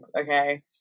okay